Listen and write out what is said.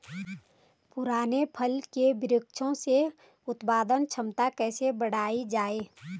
पुराने फल के वृक्षों से उत्पादन क्षमता कैसे बढ़ायी जाए?